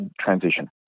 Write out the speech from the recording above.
transition